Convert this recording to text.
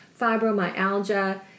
fibromyalgia